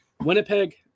Winnipeg